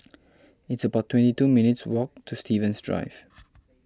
it's about twenty two minutes' walk to Stevens Drive